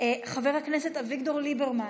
חבר הכנסת אביגדור ליברמן,